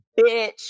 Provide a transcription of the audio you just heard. bitch